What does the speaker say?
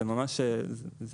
זה ממש משפיע.